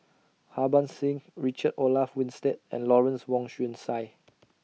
Harbans Singh Richard Olaf Winstedt and Lawrence Wong Shyun Tsai